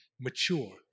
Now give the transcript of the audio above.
mature